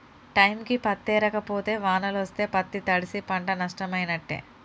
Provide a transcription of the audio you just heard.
టైంకి పత్తేరక పోతే వానలొస్తే పత్తి తడ్సి పంట నట్టమైనట్టే